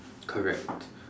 correct